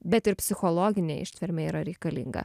bet ir psichologinė ištvermė yra reikalinga